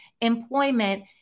employment